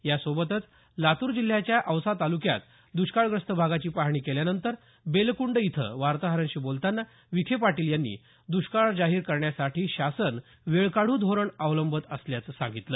यासोबतच लातूर जिल्ह्याच्या औसा तालुक्यात दष्काळग्रस्त भागाची पाहणी केल्यानंतर बेलकृंड इथं वार्ताहरांशी बोलतांना विखे पाटील यांनी दष्काळ जाहीर करण्यासाठी शासन वेळकाढू धोरण अवलंबत असल्याचं सांगितलं